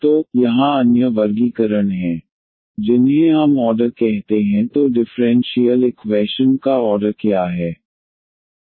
तो यहाँ अन्य वर्गीकरण हैं जिन्हें हम ऑर्डर कहते हैं तो डिफरेंशियल इक्वैशन का ऑर्डर क्या है